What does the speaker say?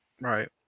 Right